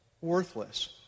worthless